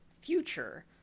future